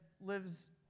lives